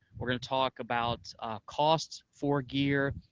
we're going to talk about cost for gear,